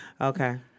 Okay